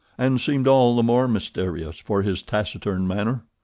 and seemed all the more mysterious for his taciturn manner.